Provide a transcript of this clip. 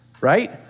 right